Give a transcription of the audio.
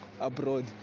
abroad